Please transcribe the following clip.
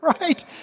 right